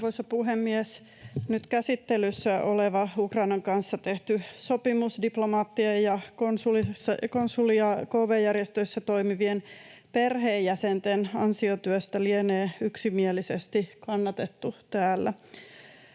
Arvoisa puhemies! Nyt käsittelyssä oleva Ukrainan kanssa tehty sopimus diplomaattien ja konsulaateissa ja kv-järjestöissä toimivien perheenjäsenten ansiotyöstä lienee yksimielisesti kannatettu täällä,